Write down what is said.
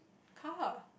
car